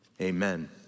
amen